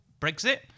Brexit